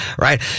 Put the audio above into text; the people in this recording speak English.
right